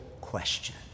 question